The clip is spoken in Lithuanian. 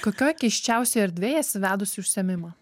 kokioj keisčiausioj erdvėj esi vedusi užsiėmimą